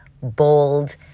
bold